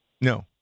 No